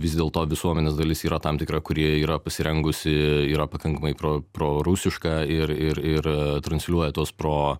vis dėlto visuomenės dalis yra tam tikra kurie yra pasirengusi yra pakankamai pro pro rusiška ir ir ir transliuoja tuos pro